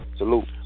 salute